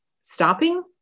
Stopping